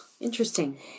Interesting